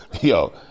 yo